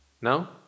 Now